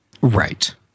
Right